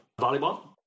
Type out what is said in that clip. volleyball